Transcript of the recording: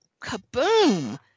kaboom